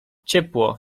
ciepło